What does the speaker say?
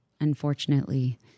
Unfortunately